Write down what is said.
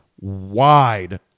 wide